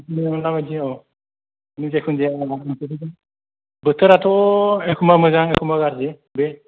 बे नों नुनाय बायदि औ जिखुनु जाया बोथोरा थ' एखबा मोजां एखमबा गाज्रि बे